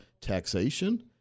taxation